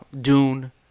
Dune